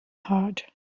heart